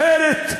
אחרת,